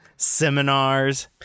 Seminars